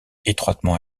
étroitement